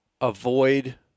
avoid